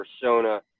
persona